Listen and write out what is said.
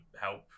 help